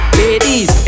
ladies